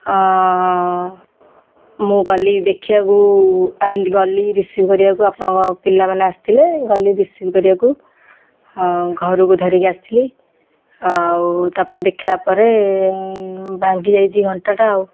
ହଁ ମୁଁ ଗଲି ଦେଖିବାକୁ ଆ ଗଲି ରିସିଭ୍ କରିବାକୁ ଆପଣଙ୍କ ପିଲାମାନେ ଆସିଥିଲେ ଗଲି ରିସିଭ୍ କରିବାକୁ ଘରକୁ ଧରିକରି ଆସିଥିଲି ଆଉ ତା'ପରେ ଦେଖିଲା ପରେ ଭାଙ୍ଗି ଯାଇଛି ଘଣ୍ଟାଟା ଆଉ